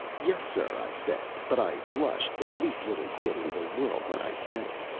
yes, sir, i says but i blushed the least little bit in the world when i said it.